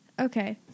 Okay